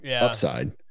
upside